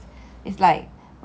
还想要做老师